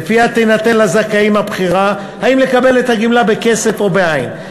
ולפיה תינתן לזכאים הבחירה אם לקבל את הגמלה בכסף או בעין.